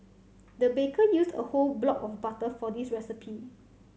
the baker used a whole block of butter for this recipe